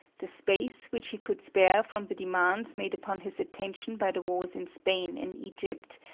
the space which he could spare from the demands made upon his attention by the wars in spain and egypt,